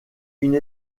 une